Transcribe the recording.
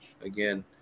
again